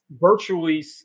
virtually